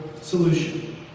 solution